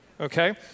okay